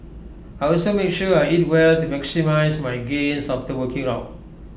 I also make sure I eat well to maximise my gains after working out